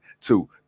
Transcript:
Two